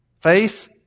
Faith